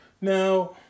Now